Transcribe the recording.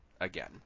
again